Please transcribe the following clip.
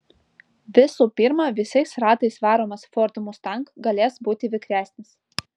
visų pirma visais ratais varomas ford mustang galės būti vikresnis